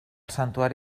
santuari